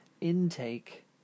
intake